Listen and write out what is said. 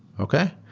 okay?